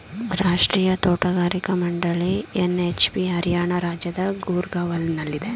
ರಾಷ್ಟ್ರೀಯ ತೋಟಗಾರಿಕಾ ಮಂಡಳಿ ಎನ್.ಎಚ್.ಬಿ ಹರಿಯಾಣ ರಾಜ್ಯದ ಗೂರ್ಗಾವ್ನಲ್ಲಿದೆ